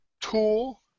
Tool